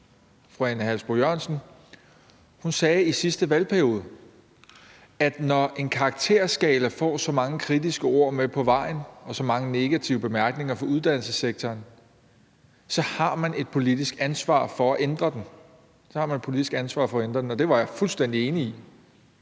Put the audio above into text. fru Ane Halsboe-Jørgensen sagde i sidste valgperiode, at når en karakterskala får så mange kritiske ord med på vejen og så mange negative bemærkninger fra uddannelsessektoren, har man et politisk ansvar for at ændre den – så har man et politisk ansvar for at ændre den. Og det var jeg fuldstændig enig i.